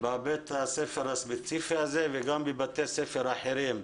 בבית הספר הספציפי הזה וגם בבתי ספר אחרים,